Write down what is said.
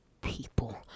people